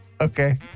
Okay